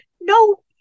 No